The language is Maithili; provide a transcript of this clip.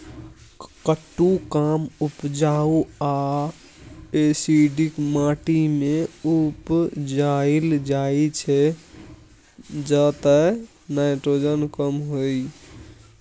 कुट्टू कम उपजाऊ आ एसिडिक माटि मे उपजाएल जाइ छै जतय नाइट्रोजन कम होइ